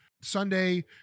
Sunday